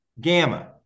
gamma